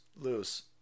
loose